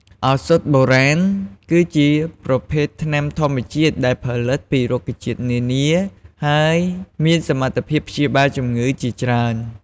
ឱសថបុរាណ គឺជាប្រភេទថ្នាំធម្មជាតិដែលផលិតពីរុក្ខជាតិនានា ហើយមានសមត្ថភាពព្យាបាលជម្ងឺជាច្រើន។